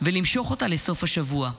ולמשוך אותה לסוף השבוע.